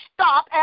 stop